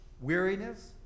weariness